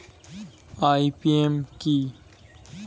IPM কি?